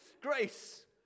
Grace